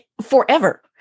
forever